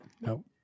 no